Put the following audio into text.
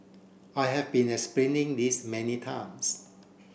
I have been explaining this many times